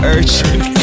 Urgent